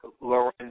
Lauren